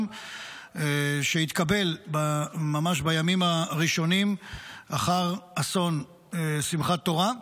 שהתקבל ממש בימים הראשונים אחר אסון שמחת תורה.